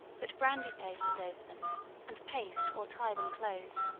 put brandy papers over them and paste or tie them close.